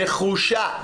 נחושה.